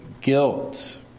guilt